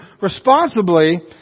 responsibly